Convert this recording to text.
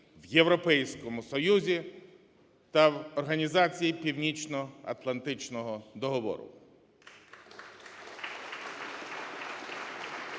в Європейському Союзі та в Організації Північноатлантичного договору.